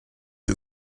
you